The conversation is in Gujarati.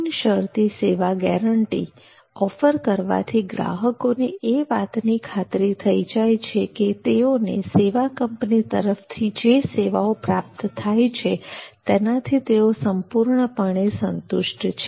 બિનશરતી સેવા ગેરંટી ઓફર કરવાથી ગ્રાહકોને એ વાતની ખાતરી થઈ જાય છે કે તેઓને સેવા કંપની તરફથી જે સેવાઓ પ્રાપ્ત થાય છે તેનાથી તેઓ સંપૂર્ણપણે સંતુષ્ટ છે